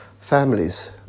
families